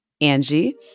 Angie